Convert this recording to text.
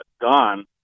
gone